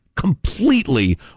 completely